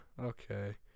Okay